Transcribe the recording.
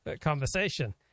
conversation